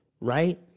Right